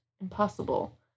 impossible